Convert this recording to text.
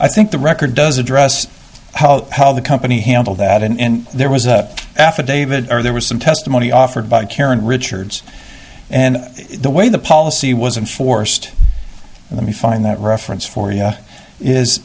i think the record does address how the company handled that and there was a affidavit or there was some testimony offered by karen richards and the way the policy wasn't forced and then we find that reference for you is